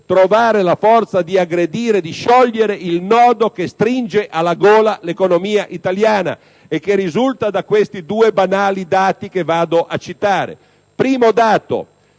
sono - la forza di aggredire e sciogliere il nodo che stringe alla gola l'economia italiana e che risulta da questi due banali dati che vado a citare. Rispetto